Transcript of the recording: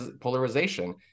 polarization